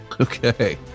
Okay